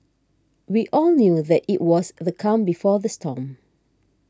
we all knew that it was the calm before the storm